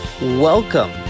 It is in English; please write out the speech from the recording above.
welcome